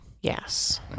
yes